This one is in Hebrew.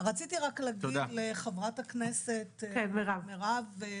רציתי רק להגיד לחברת הכנסת מירב,